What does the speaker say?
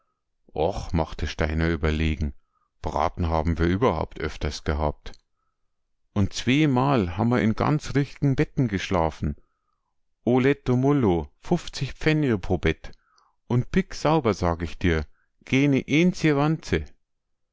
och machte steiner überlegen braten haben wir überhaupt öfters gehabt und zweemal ham mer in kanz richt'jen petten geschlafen hole du molo fuffzig fen po und bicksauber sag ich dir geene eenz'je